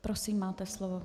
Prosím, máte slovo.